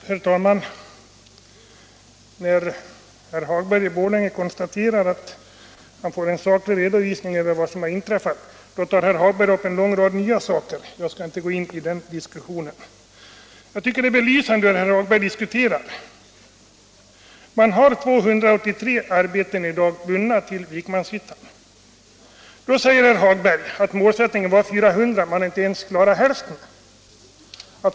Herr talman! När herr Hagberg i Borlänge konstaterar att han får en saklig redovisning för vad som har inträffat tar han upp en lång rad nya saker. Jag skall inte gå in i en diskussion om dem. Det är emellertid belysande för hur herr Hagberg diskuterar. Man har i dag 283 arbeten bundna till Vikmanshyttan. Då säger herr Hagberg att målsättningen var 400 och att man inte ens har klarat hälften.